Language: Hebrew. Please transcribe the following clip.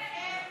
כן.